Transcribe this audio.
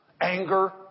anger